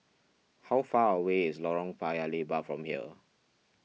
how far away is Lorong Paya Lebar from here